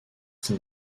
qui